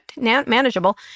Manageable